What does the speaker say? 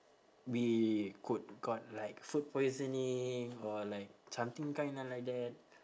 we could got like food poisoning or like something kinda like that